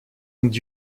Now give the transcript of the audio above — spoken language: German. und